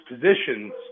positions